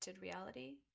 reality